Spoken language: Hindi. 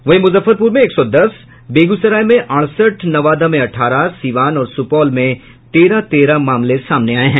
वहीं मुजफ्फरपुर में एक सौ दस बेगूसराय में अड़सठ नवादा में अठारह सीवान और सुपौल में तेरह तेरह मामले सामने आये हैं